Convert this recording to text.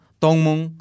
tongmung